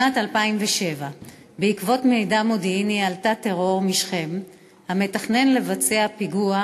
שנת 2007. בעקבות מידע מודיעיני על תא טרור בשכם המתכנן לבצע פיגוע,